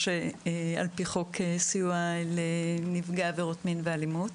שעל פי חוק סיוע לנפגעי עבירות מין ואלימות.